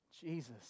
Jesus